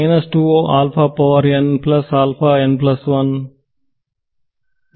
ವಿದ್ಯಾರ್ಥಿ ಇನ್ನೇನಾದರೂ